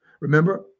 Remember